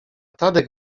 tadek